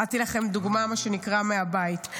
קראתי לכם דוגמה, מה שנקרא, מהבית.